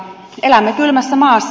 elämme kylmässä maassa